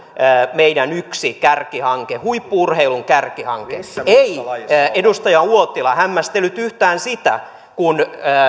meidän yksi kärkihanke huippu urheilun kärkihanke ei edustaja uotila hämmästellyt yhtään sitä kun